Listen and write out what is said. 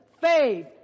faith